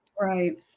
Right